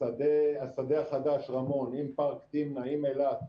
השדה החדש רמון, עם פארק תמנע, עם אילת,